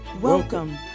Welcome